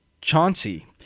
Chauncey